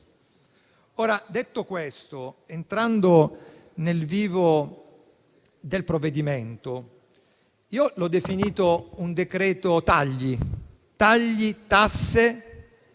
Detto questo, entrando nel vivo del provvedimento, io l’ho definito un “decreto tagli, tasse e